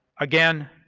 again,